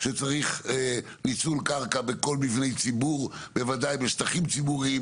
שצריך ניצול קרקע בכל מבנה ציבור בוודאי בשטחים ציבורים